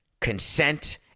consent